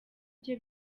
bye